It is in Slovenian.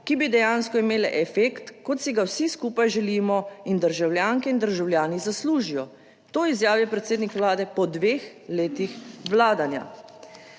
ki bi dejansko imele efekt kot si ga vsi skupaj želimo in državljanke in državljani zaslužijo". To izjavil predsednik Vlade po dveh letih vladanja,